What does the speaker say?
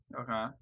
Okay